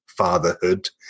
Fatherhood